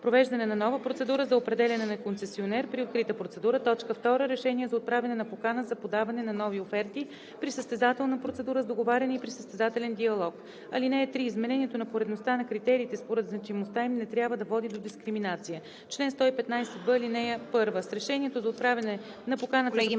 провеждане на нова процедура за определяне на концесионер при открита процедура; 2. решение за отправяне на покана за подаване на нови оферти при състезателна процедура с договаряне и при състезателен диалог. (3) Изменението на поредността на критериите според значимостта им не трябва да води до дискриминация. Чл. 1156. (1) С решението за отправяне на покана